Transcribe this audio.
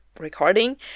recording